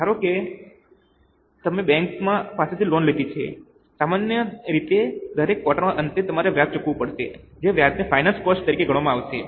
ધારો કે તમે બેંક પાસેથી લોન લીધી છે સામાન્ય રીતે દરેક ક્વાર્ટરના અંતે તમારે વ્યાજ ચૂકવવું પડશે જે વ્યાજને ફાઇનાન્સ કોસ્ટ તરીકે ગણવામાં આવશે